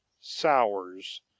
sours